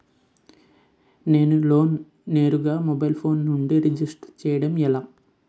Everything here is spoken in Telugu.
నేను లోన్ నేరుగా మొబైల్ ఫోన్ నుంచి రిజిస్టర్ చేయండి ఎలా?